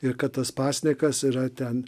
ir kad tas pasninkas yra ten